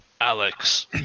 Alex